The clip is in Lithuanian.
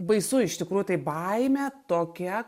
baisu iš tikrųjų tai baimė tokia